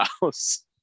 House